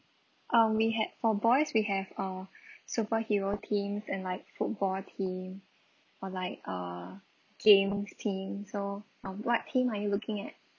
um we had for boys we have uh superhero uh theme and like football theme or like err games theme so on what theme are you looking at